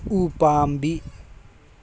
ꯎꯄꯥꯝꯕꯤ